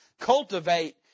cultivate